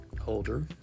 Holder